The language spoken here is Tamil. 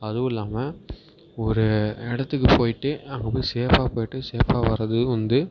அதுவும் இல்லாமல் ஒரு இடத்துக்கு போய்ட்டு அங்கே போய் சேஃப்பாக போய்ட்டு சேஃப்பாக வர்றது வந்து